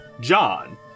John